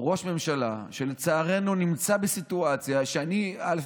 ראש ממשלה שלצערנו נמצא בסיטואציה שבה אני, א.